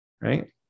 right